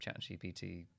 ChatGPT